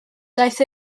daeth